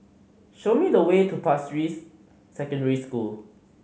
show me the way to Pasir Ris Secondary School